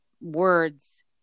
words